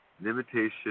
Limitation